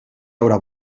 haurà